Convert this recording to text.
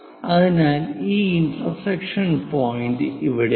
അതിനാൽ ഈ intersection point ഇവിടെയുണ്ട്